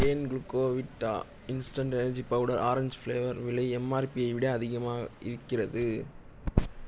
ஏன் Glucovita instant energy powder orange flavour விலை எம்ஆர்பியை விட அதிகமாக இருக்கிறது